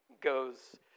goes